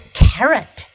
carrot